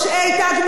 בבית הזה,